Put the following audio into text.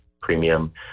premium